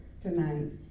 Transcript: tonight